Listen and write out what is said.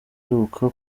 uheruka